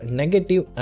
negative